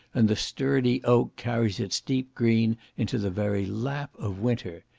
and the sturdy oak carries its deep green into the very lap of winter.